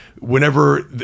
whenever